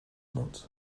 not